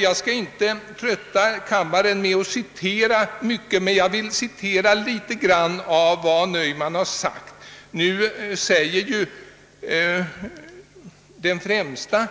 Jag vill inte trötta kammaren med en lång uppläsning men skall ändå citera litet av vad han har sagt. Den främste